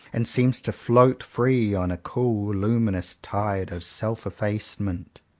and seems to float free on a cool, luminous tide of self-efface ment.